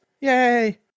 Yay